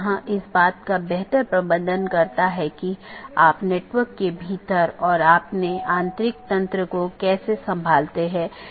दोनों संभव राउटर का विज्ञापन करते हैं और infeasible राउटर को वापस लेते हैं